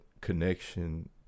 connection